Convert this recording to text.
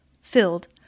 filled